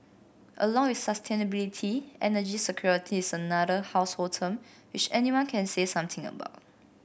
along with sustainability energy security is another household term which anyone can say something about